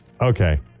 Okay